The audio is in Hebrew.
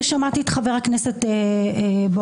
ושמעתי את חבר הכנסת בוארון,